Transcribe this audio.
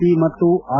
P ಮತ್ತು R